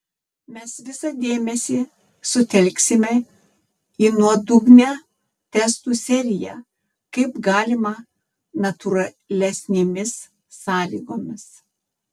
mes visą dėmesį sutelksime į nuodugnią testų seriją kaip galima natūralesnėmis sąlygomis